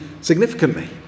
significantly